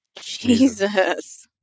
Jesus